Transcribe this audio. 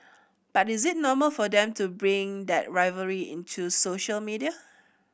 but is it normal for them to bring that rivalry into social media